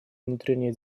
внутренние